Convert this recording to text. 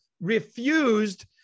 Refused